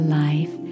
life